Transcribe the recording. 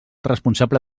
responsable